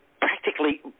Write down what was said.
practically